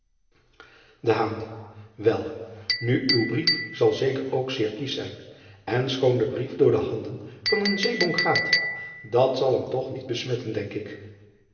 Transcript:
el nu uw brief zal zeker ook zeer kiesch zijn n schoon de brief door de handen van een zeebonk gaat dat zal hem toch niet besmetten denk ik